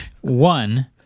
One